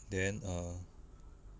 then err